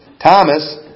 Thomas